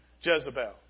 Jezebel